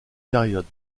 période